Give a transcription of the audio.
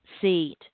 seat